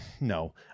no